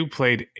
played